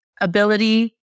ability